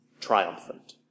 triumphant